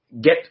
get